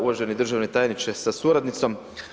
Uvaženi državni tajniče sa suradnicom.